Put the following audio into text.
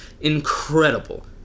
incredible